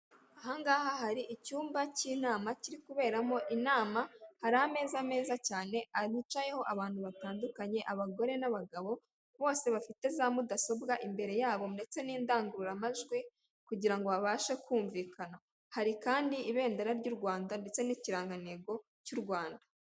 Ahangaha hari icyumba k'inama kiri kuberemo inama, hari ameza meza cyane yicayeho abantu batandukanye abagore n'abagabo bose bafite za mudasobwa imbere yabo, ndetse n'indangururamajwi kugira ngo babashe kumvikana. Hari kandi ibendera ry'u Rwanda ndetse n'ikirangantego cy'u Rwanda.